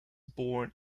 born